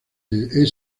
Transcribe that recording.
the